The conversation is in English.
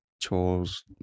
chores